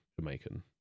Jamaican